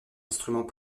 instrument